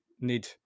need